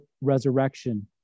resurrection